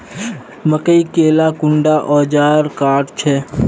मकई के ला कुंडा ओजार काट छै?